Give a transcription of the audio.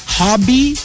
hobby